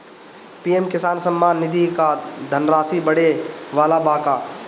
PM Kisan Samman Nidhi क धनराशि बढ़े वाला बा का?